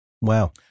Wow